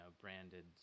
branded